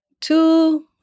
two